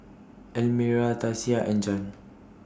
Almyra Tasia and Jann